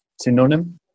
Synonym